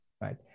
right